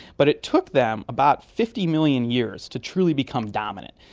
but it took them about fifty million years to truly become dominant,